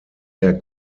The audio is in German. der